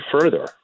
further